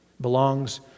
belongs